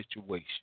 situation